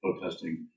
protesting